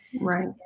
Right